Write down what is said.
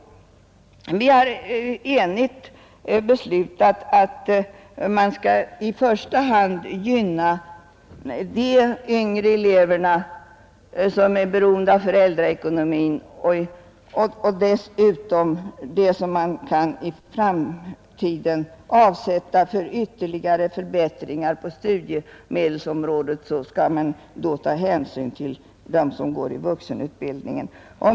Vi har enigt beslutat att man i första hand skall gynna de yngre elever som är beroende av föräldraekonomin och dessutom att man, när det gäller det som i framtiden kan avsättas för ytterligare förbättringar på studiemedelsområdet, skall ta hänsyn till dem som går i vuxenutbildningen.